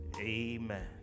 amen